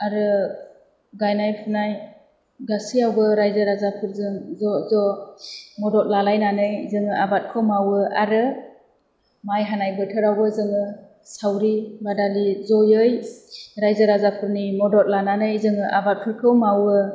आरो गायनाय फुनाय गासैआवबो रायजो राजाफोरजों ज' ज' मदद लालायनानै जोङो आबादखौ मावो आरो माइ हानाय बोथोरावबो जोङो सावरि बादालि ज'यै रायजो राजाफोरनि मदद लानानै जोङो आबादफोरखौ मावो